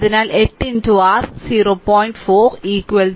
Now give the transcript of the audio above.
അതിനാൽ 8 r 0